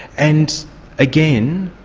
and again,